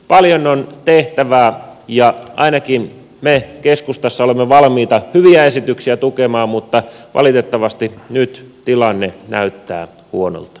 paljon on tehtävää ja ainakin me keskustassa olemme valmiita hyviä esityksiä tukemaan mutta valitettavasti nyt tilanne näyttää huonolta